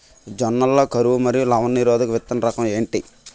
జొన్న లలో కరువు మరియు లవణ నిరోధక విత్తన రకం ఏంటి?